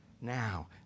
Now